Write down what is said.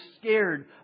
scared